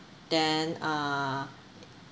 then uh